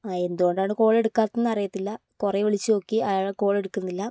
എന്തുകൊണ്ട് ആണ് കോള് എടുക്കാത്തത് എന്ന് അറിയത്തില്ല കുറേ വിളിച്ചു നോക്കി അയാൾ കോൾ എടുക്കുന്നില്ല